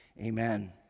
amen